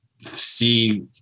see